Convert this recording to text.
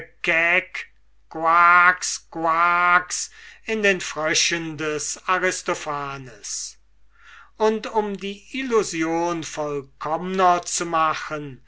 in den fröschen des aristophanes und um die illusion vollkommner zu machen